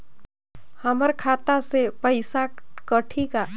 हमर खाता से पइसा कठी का?